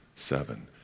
seven,